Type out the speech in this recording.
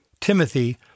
Timothy